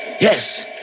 yes